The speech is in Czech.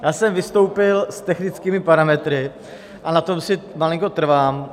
Já jsem vystoupil s technickými parametry a na tom si malinko trvám.